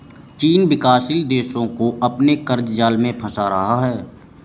चीन विकासशील देशो को अपने क़र्ज़ जाल में फंसा रहा है